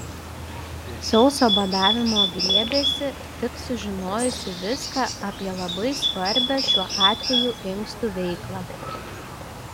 sauso badavimo griebėsi tik sužinojusi viską apie labai svarbią šiuo atveju inkstų veiklą